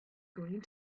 going